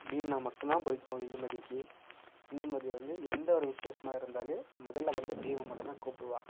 பீம்னால் மட்டும்தான் பிடிக்கும் இந்துமதிக்கு இந்துமதி வந்து எந்த ஒரு விசேஷமாக இருந்தாலும் முதலில் வந்து பீம்மை மட்டும்தான் கூப்பிடுவா